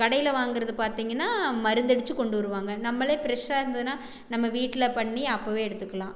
கடையில் வாங்கிறது பார்த்திங்கன்னா மருந்தடிச்சு கொண்டு வருவாங்க நம்மளே ப்ரெஷ்ஷாக இருந்ததுனால் நம்ம வீட்டில் பண்ணி அப்பவே எடுத்துக்கலாம்